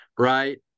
Right